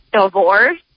divorce